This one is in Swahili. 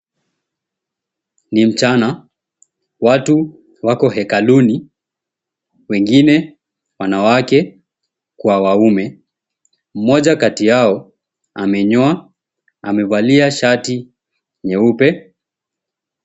Ni mchana watu wako hekaluni wengine wanawake kwa waume mmoja kati yao amenyoa amevalia shati nyeupe.